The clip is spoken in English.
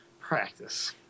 Practice